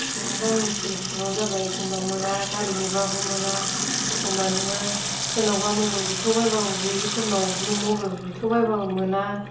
नों गामि ओनसोल सिङाव जाबा एखम्बा मोना गारिनिबाबो मोना एखम्बा नोङो सोरनावबा मबाइल बिथ'लायबाबो गैयिफोरनाव मबाइल बिथ'लायबाबो मोना